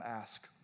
ask